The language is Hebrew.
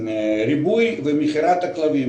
ריבוי ומכירת כלבים.